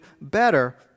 better